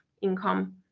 income